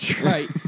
right